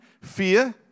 fear